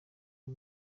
ari